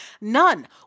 none